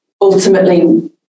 ultimately